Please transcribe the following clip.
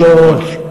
אני לא,